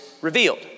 revealed